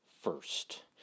first